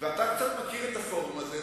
אתה מכיר קצת את הפורום הזה,